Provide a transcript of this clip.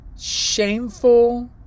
shameful